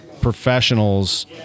professionals